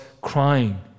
crying